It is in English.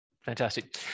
Fantastic